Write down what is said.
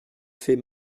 fait